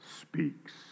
speaks